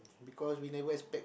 because we never expect